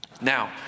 Now